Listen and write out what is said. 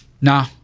nah